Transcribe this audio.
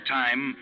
time